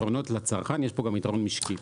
היתרונות לצרכן יש פה גם יתרון משקי.